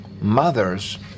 mothers